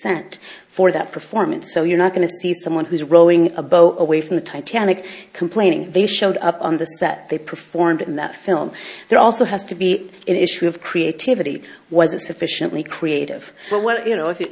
consent for that performance so you're not going to see someone who's rowing a boat away from the titanic complaining they showed up on the set they performed in that film there also has to be an issue of creativity was a sufficiently creative but well you know if you